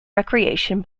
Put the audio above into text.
recreation